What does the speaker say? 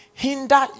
Hinder